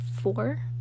four